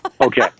Okay